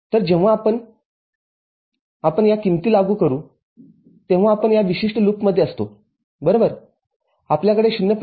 तरजेव्हा आपण आपण या किमती लागू करू तेव्हा आपण या विशिष्ट लूपमध्ये असतो बरोबरआपल्याकडे 0